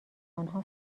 آنها